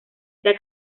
sea